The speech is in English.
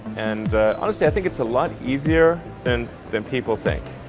and honestly i think it's a lot easier and than people think.